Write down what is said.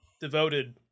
devoted